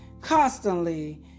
constantly